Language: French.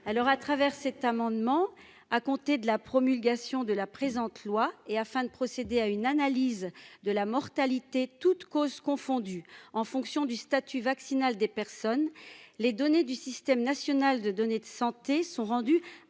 à travers cet amendement à compter de la promulgation de la présente loi et afin de procéder à une analyse de la mortalité toutes causes confondues, en fonction du statut vaccinal des personnes, les données du système national de données de santé sont rendus